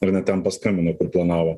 ar ne ten paskambino kur planavo